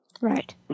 Right